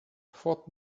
fought